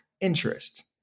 interest